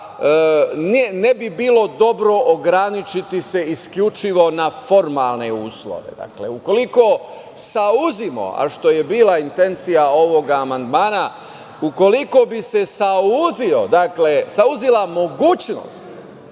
ne bi bilo dobro ograničiti se isključivo na formalne uslove. Ukoliko suzimo, a što je bila intencija ovog amandmana, ukoliko bi se suzila mogućnost,